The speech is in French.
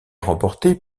remporté